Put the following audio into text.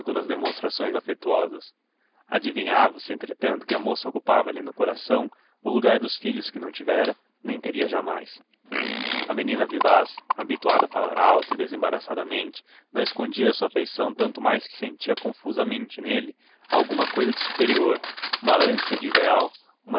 nas demonstrações afetuosas adivinhava-se entretanto que a moça ocupava lhe no coração o lugar dos filhos que não tivera nem teria jamais a menina vivaz habituada a falar alto e desembaraçadamente não escondia a sua afeição tanto mais que sentia confusamente nele alguma coisa de superior uma ânsia de ideal uma